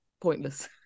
pointless